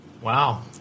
Wow